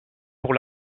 pour